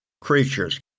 creatures